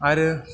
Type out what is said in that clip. आरो